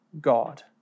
God